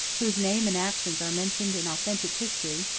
whose name and actions are mentioned in authentic history,